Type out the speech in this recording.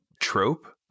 trope